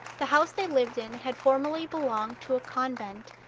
the house they lived in had formerly belonged to a convent,